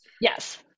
yes